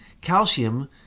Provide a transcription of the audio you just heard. calcium